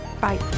Bye